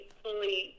fully